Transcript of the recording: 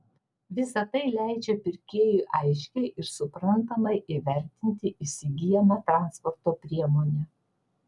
visa tai leidžia pirkėjui aiškiai ir suprantamai įvertinti įsigyjamą transporto priemonę